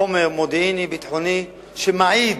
חומר מודיעיני ביטחוני שמעיד